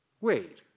Wait